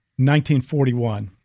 1941